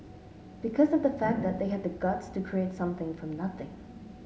because of the fact that they had the guts to create something from nothing